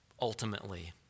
ultimately